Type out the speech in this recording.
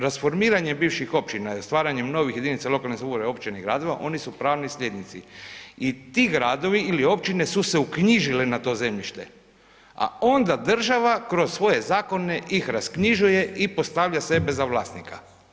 Rasformiranje bivših općina i stvaranjem novih jedinica lokalne samouprave općina i gradova, oni su pravni slijednici i ti gradovi ili općine su se uknjižile na to zemljište, a onda država kroz svoje zakone ih rasknjižuje i postavlja sebe za vlasnika.